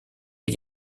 los